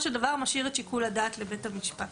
של דבר משאיר את שיקול הדעת לבית המשפט.